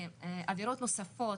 עבירות נוספות,